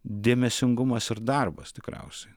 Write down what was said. dėmesingumas ir darbas tikriausiai